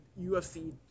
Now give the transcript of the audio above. UFC